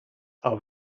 are